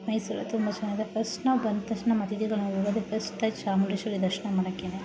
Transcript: ಮೈಸೂರು ತುಂಬ ಚೆನ್ನಾಗಿದೆ ಫರ್ಸ್ಟ್ ನಾವು ಬಂದ ತಕ್ಷಣ ನಾವು ಹೋಗೋದೆ ಫರ್ಸ್ಟ್ ತಾಯಿ ಚಾಮುಂಡೇಶ್ವರಿ ದರ್ಶನ ಮಾಡೋಕ್ಕೆನೆ